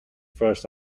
first